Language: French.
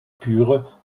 pure